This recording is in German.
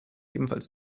ebenfalls